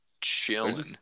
chilling